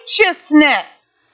righteousness